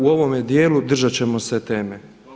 U ovome dijelu držat ćemo se teme.